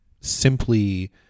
simply